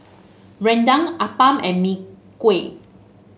rendang appam and Mee Kuah